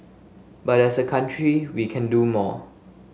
but as a country we can do more